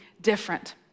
different